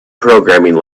programming